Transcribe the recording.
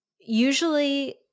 usually